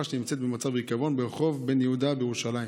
שנמצאת במצב ריקבון ברחוב בן-יהודה בירושלים.